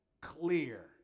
clear